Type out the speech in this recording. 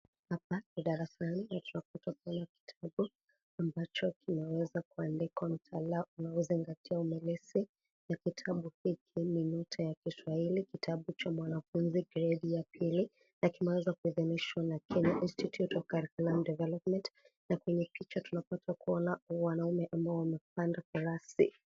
Hapa ni darasani na tunapata kuona kitabu ambacho kimeweza kuandikwa mtaala unaozingatia umilisi , na kitabu hiki ni nyota ya kiswahili kitabu cha mwanafunzi gredi ya pili , kiumeweza kuidhinishwa na kenya institute of curriculum development na kwenye picha tunapata kuona wanaume ambao wamepanda farasi.